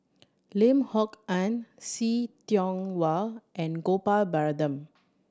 Lim Kok Ann See Tiong Wah and Gopal Baratham